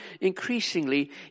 increasingly